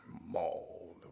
mauled